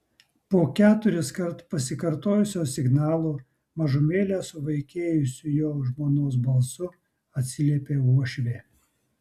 po keturiskart pasikartojusio signalo mažumėlę suvaikėjusiu jo žmonos balsu atsiliepė uošvė